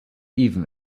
even